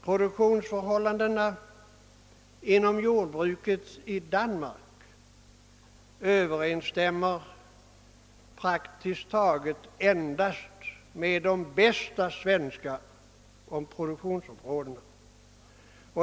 Produktionsförhållandena inom jordbruket i Danmark överensstämmer praktiskt taget endast med de bästa svenska produktionsområdenas.